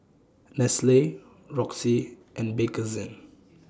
Nestle Roxy and Bakerzin